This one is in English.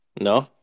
No